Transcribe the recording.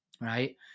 right